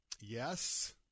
yes